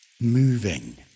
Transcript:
Moving